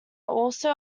also